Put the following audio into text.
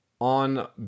on